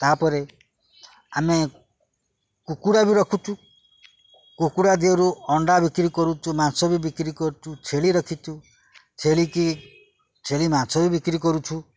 ତା'ପରେ ଆମେ କୁକୁଡ଼ା ବି ରଖୁଛୁ କୁକୁଡ଼ା ଦିହରୁ ଅଣ୍ଡା ବିକ୍ରି କରୁଛୁ ମାଂସ ବି ବିକ୍ରି କରୁଛୁ ଛେଳି ରଖିଛୁ ଛେଳିକି ଛେଳି ମାଂସ ବି ବିକ୍ରି କରୁଛୁ